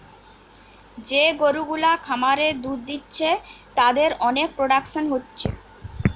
যে গরু গুলা খামারে দুধ দিচ্ছে তাদের অনেক প্রোডাকশন হচ্ছে